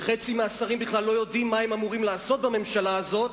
וחצי מהשרים בכלל לא יודעים מה הם אמורים לעשות בממשלה הזאת,